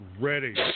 ready